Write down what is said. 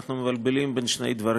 אנחנו מבלבלים בין שני דברים: